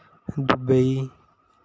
Dubai